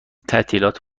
تعطیلات